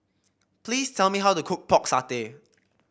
please tell me how to cook Pork Satay